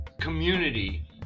community